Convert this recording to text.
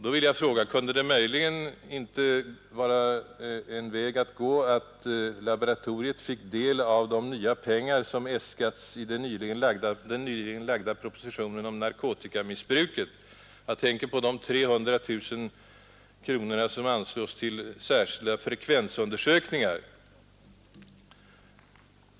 Då vill jag fråga: Kunde det möjligen vara en väg att gå att laboratoriet fick någon del av de nya pengar som äskats i den nyligen framlagda propositionen om narkotikamissbruket? Jag tänker på de 300 000 kronor som föreslås till särskilda frekvensundersökningar.